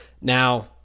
Now